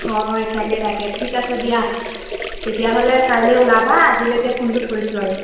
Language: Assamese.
হয় তাকে তাকে ঠিক আছে দিয়া তেতিয়াহ'লে কাইলৈ ওলাবা আজিলৈ এতিয়া ফোনটো থৈছো আৰু